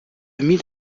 mille